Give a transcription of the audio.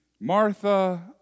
Martha